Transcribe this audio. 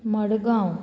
Madgaon